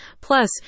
Plus